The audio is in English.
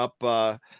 up